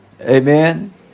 Amen